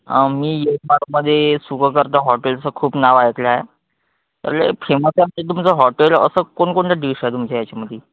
आम्ही मध्ये सुखकर्ता हॉटेलचं खूप नाव ऐकलं आहे तर लय फेमस आहे तुमचं हॉटेल असं कोणकोणते डिश आहे तुमच्या याच्यामध्ये